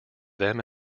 them